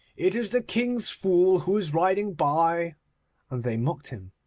it is the king's fool who is riding by and they mocked him.